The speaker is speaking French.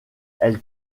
elle